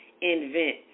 invent